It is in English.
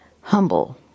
humble